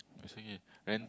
it's okay rent